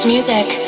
music